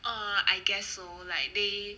oh I guess so like they